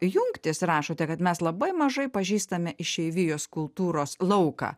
jungtys rašote kad mes labai mažai pažįstame išeivijos kultūros lauką